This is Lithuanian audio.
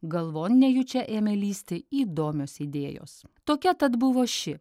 galvon nejučia ėmė lįsti įdomios idėjos tokia tat buvo ši